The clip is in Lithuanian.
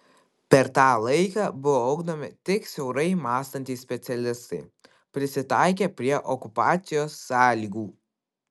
per tą laiką buvo ugdomi tik siaurai mąstantys specialistai prisitaikę prie okupacijos sąlygų